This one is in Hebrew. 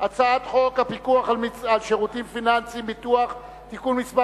הצעת חוק הפיקוח על שירותים פיננסיים (ביטוח) (תיקון מס'